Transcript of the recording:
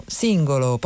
singolo